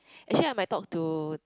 actually I might talk to